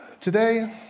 today